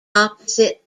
opposite